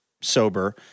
sober